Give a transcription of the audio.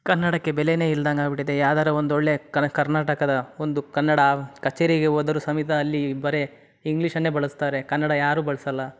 ಕನ್ನಡಕ್ಕೆ ಬೆಲೆನೇ ಇಲ್ದಂಗೆ ಆಗ್ಬಿಟೈತೆ ಯಾವ್ದಾರೂ ಒಂದೊಳ್ಳೆ ಕರ್ ಕರ್ನಾಟಕದ ಒಂದು ಕನ್ನಡ ಕಚೇರಿಗೆ ಹೋದರೂ ಸಮೇತ ಅಲ್ಲಿ ಬರೀ ಇಂಗ್ಲೀಷನ್ನೇ ಬಳಸ್ತಾರೆ ಕನ್ನಡ ಯಾರೂ ಬಳಸಲ್ಲ